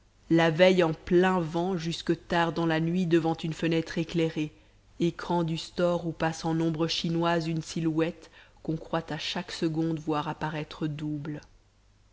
la veille en plein vent jusque tard dans la nuit devant une fenêtre éclairée écran du store où passe en ombres chinoises une silhouette qu'on croit à chaque seconde voir apparaître double